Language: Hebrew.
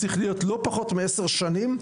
צריך להיות לא פחות מעשר שנים,